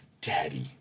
Daddy